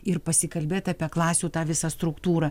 ir pasikalbėt apie klasių tą visą struktūrą